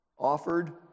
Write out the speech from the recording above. Offered